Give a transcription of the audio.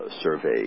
survey